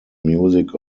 music